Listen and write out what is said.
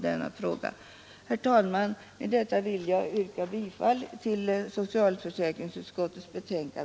Herr talman! Med detta vill jag yrka bifall till utskottets hemställan.